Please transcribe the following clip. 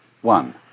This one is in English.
one